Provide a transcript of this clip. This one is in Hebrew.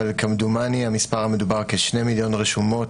אבל כמדומני המספר המדובר: כ-2 מיליון רשומות